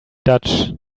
dutch